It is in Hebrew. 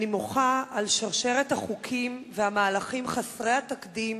אני מוחה על שרשרת החוקים והמהלכים חסרי התקדים